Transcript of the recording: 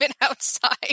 outside